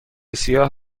سیاه